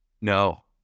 No